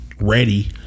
Ready